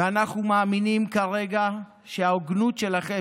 ואנחנו מאמינים כרגע שההוגנות שלכם,